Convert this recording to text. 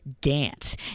dance